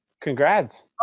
congrats